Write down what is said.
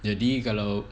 jadi kalau